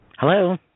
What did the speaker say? Hello